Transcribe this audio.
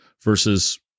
Versus